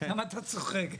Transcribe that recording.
למה אתה צוחק?